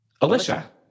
Alicia